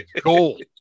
gold